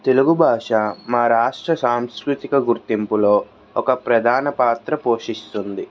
తెలుగు భాష మా రాష్ట్ర సాంస్కృతిక గుర్తింపులో ఒక ప్రధాన పాత్ర పోషిస్తుంది